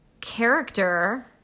character